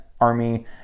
army